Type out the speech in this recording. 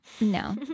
no